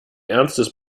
ernstes